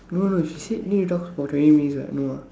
no no she said need to talk for twenty minutes what no ah